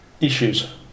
issues